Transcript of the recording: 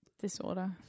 disorder